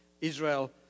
Israel